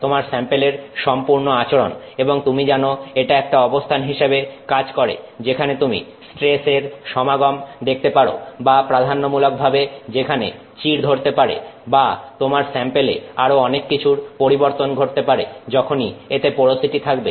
তোমার স্যাম্পেলের সম্পূর্ণ আচরণ এবং তুমি জানো এটা একটা অবস্থান হিসাবে কাজ করে যেখানে তুমি স্ট্রেস এর সমাবেশ দেখতে পারো বা প্রাধান্য মূলক ভাবে যেখানে চিড় ধরতে পারে বা তোমার স্যাম্পেলে আরো অনেক কিছুর পরিবর্তন ঘটতে পারে যখনই এতে পোরোসিটি থাকবে